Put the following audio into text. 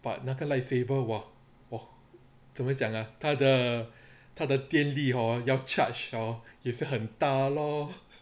but 那个 lightsaber !wah! !wah! 怎么讲啊他的电力 hor 要 charge hor 也是很大 lor